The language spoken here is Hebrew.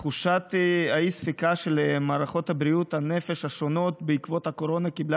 תחושת האי-ספיקה של מערכות בריאות הנפש השונות בעקבות הקורונה קיבלה